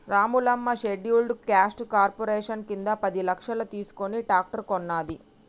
Ramulamma scheduled caste corporation కింద పది లక్షలు తీసుకుని ట్రాక్టర్ కొన్నది